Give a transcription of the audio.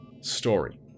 story